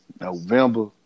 November